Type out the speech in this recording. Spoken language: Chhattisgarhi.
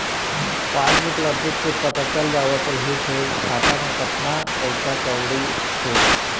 पासबूक ल देखके पता चल जावत रिहिस हे खाता म कतना पइसा कउड़ी हे